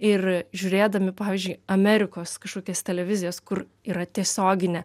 ir žiūrėdami pavyzdžiui amerikos kažkokias televizijas kur yra tiesioginė